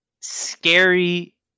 scary